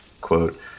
quote